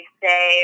say